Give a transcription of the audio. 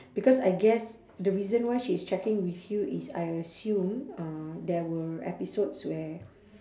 because I guess the reason why she's checking with you is I assume uh there were episodes where